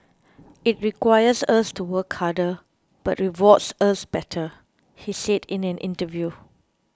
it requires us to work harder but rewards us better he said in an interview